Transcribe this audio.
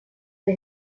der